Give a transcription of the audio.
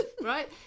right